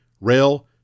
rail